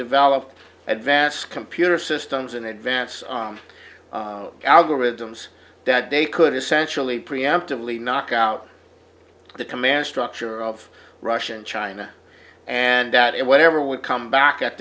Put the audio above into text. develop at vast computer systems in advance on algorithms that they could essentially preemptively knock out the command structure of russia and china and that it whatever would come back at